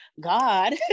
God